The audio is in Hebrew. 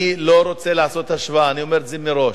אני לא רוצה לעשות השוואה, אני אומר את זה מראש.